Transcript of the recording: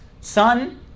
sun